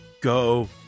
go